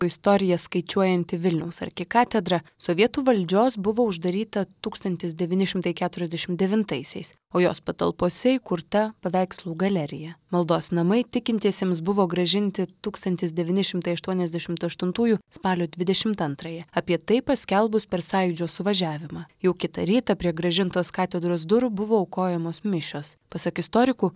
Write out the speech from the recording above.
istoriją skaičiuojanti vilniaus arkikatedra sovietų valdžios buvo uždaryta tūkstantis devyni šimtai keturiasdešimt devintaisiais o jos patalpose įkurta paveikslų galerija maldos namai tikintiesiems buvo grąžinti tūkstantis devyni šimtai aštuoniasdešimt aštuntųjų spalio dvidešimt antrąją apie tai paskelbus per sąjūdžio suvažiavimą jau kitą rytą prie grąžintos katedros durų buvo aukojamos mišios pasak istorikų